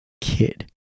kid